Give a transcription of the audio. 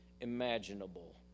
imaginable